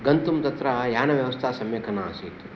गन्तुम् तत्र यानव्यवस्था सम्यक् नासीत्